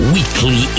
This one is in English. Weekly